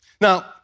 Now